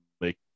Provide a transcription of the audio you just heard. make